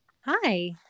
Hi